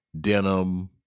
denim